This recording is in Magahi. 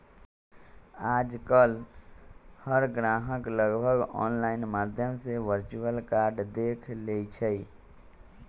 आजकल हर ग्राहक लगभग ऑनलाइन माध्यम से वर्चुअल कार्ड देख लेई छई